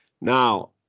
Now